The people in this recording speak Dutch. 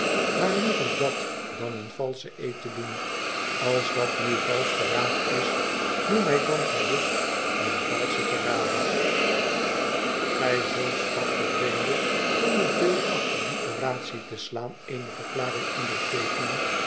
maar liever dat dan een valschen eed te doen als dat nu valsch verraad is noem mij dan gerost een valschen verrader gij zult sprak de vreemde zonder veel acht op die oratie te slaan eene